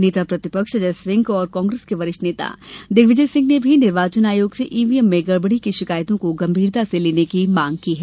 नेता प्रतिपक्ष अजय सिंह और कांग्रेस के वरिष्ठ नेता दिग्विजय सिंह ने भी निर्वाचन आयोग से ईवीएम में गड़बड़ी की शिकायतों को गंभीरता से लेने की मांग की है